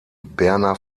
berner